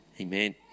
Amen